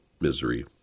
misery